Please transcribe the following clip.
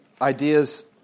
ideas